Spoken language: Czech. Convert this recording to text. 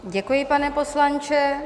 Děkuji, pane poslanče.